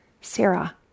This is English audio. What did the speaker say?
Sarah